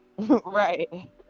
right